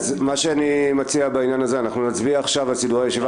אנחנו נצביע עכשיו על סידורי הישיבה,